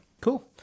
Cool